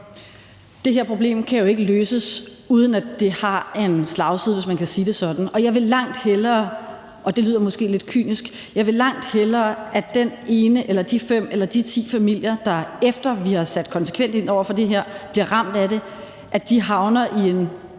Det her problem kan jo ikke løses, uden at det har en slagside, hvis man kan sige det sådan. Og jeg vil langt hellere, og det lyder måske lidt kynisk, at den ene eller de fem eller de ti familier, der, efter vi har sat konsekvent ind over for det her, bliver ramt af det, havner i en